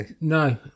No